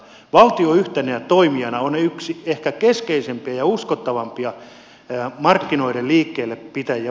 valtio yhtenä toimijana on yksi ehkä keskeisempiä ja uskottavampia markkinoiden liikkeellä pitäjiä